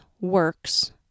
works